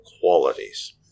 qualities